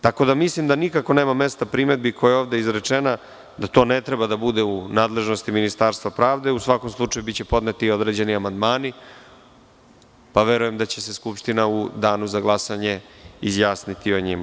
Tako da mislim da nikako nema mesta primedbi koja je ovde izrečena da to ne treba da bude u nadležnosti Ministarstva pravde, u svakom slučaju biće podneti određeni amandmani, pa verujem da će se Skupština u Danu za glasanje izjasniti o njima.